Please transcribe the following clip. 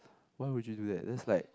why would you do that that's like